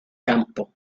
campo